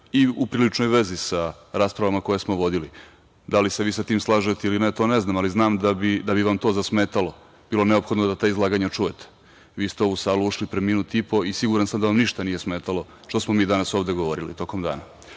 i u priličnoj vezi sa raspravama koje smo vodili. Da li se vi sa tim slažete ili ne, to ne znam, ali znam da bi vam to zasmetalo bilo je neophodno da ta izlaganja čujete. Vi ste u ovu salu ušli pre minut i po i siguran sam da vam ništa nije smetalo šta smo mi ovde danas govorili tokom dana,